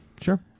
Sure